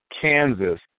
Kansas